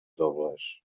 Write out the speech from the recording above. dobles